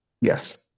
Yes